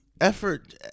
Effort